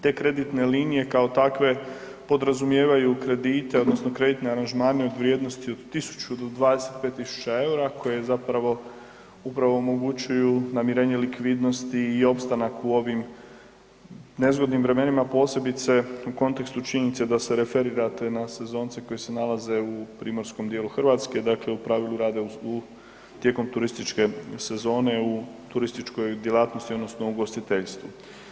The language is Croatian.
Te kreditne linije kao takve podrazumijevaju kredite odnosno kreditne aranžmane u vrijednosti od 1.000 do 25.000 EUR-a koje zapravo upravo omogućuju namirenje likvidnosti i opstanak u ovim nezgodnim vremenima, posebice u kontekstu činjenice da se referirate na sezonce koji se nalaze u primorskom dijelu Hrvatske, dakle u pravilu rade u, tijekom turističke sezone u turističkoj djelatnosti odnosno ugostiteljstvu.